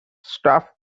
staff